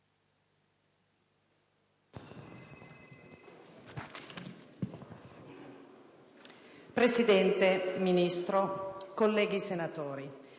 Presidente, signor Ministro, colleghi senatori,